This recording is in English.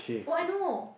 oh I know